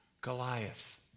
Goliath